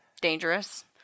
Dangerous